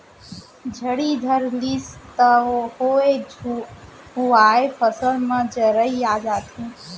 झड़ी धर लिस त होए हुवाय फसल म जरई आ जाथे